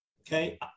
Okay